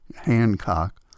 Hancock